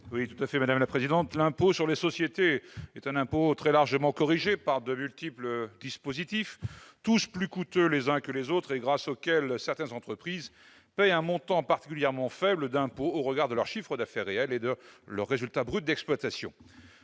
est à M. Éric Bocquet. L'impôt sur les sociétés est un impôt très largement corrigé par de multiples dispositifs tous plus coûteux les uns que les autres et grâce auxquels certaines entreprises paient un montant particulièrement faible d'impôt au regard de leur chiffre d'affaires réel et de leur résultat brut d'exploitation.